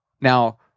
Now